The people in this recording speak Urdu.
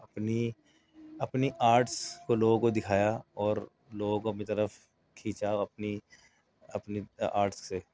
اپنی اپنی آرٹس کو لوگوں کو دکھایا اور لوگوں کو اپنی طرف کھینچا اور اپنی اپنی آرٹس سے